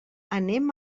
anem